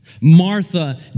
Martha